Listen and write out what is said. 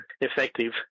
effective